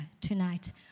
tonight